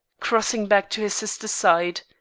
crossing back to his sister's side.